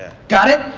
got it?